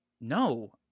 No